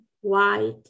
white